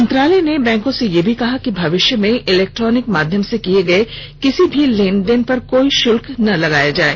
मंत्रालय ने बैंकों से यह भी कहा कि भविष्य में इलेक्ट्रोनिक माध्यम से किये गये किसी भी लेनदेन पर कोई शुल्क न लगायें